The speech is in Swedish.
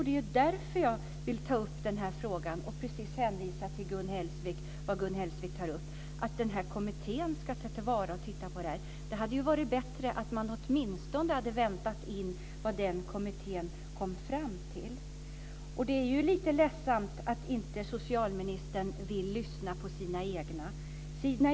Det är därför som jag vill ta upp frågan, med hänvisning till vad Gun Hellsvik här tar upp, om att kommittén ska ta till vara detta och titta på det. Det hade varit bättre att åtminstone vänta in vad kommittén kommer fram till. Det är lite ledsamt att socialministern inte vill lyssna på sina egna.